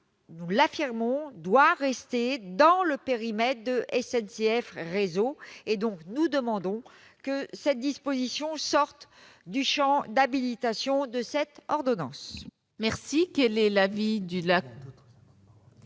nous l'affirmons, doit rester dans le périmètre de SNCF Réseau. Aussi, nous demandons que cette disposition soit exclue du champ d'habilitation de cette ordonnance.